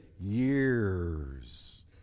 years